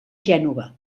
gènova